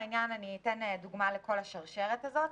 אני אתן דוגמה לכל השרשרת הזאת.